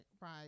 right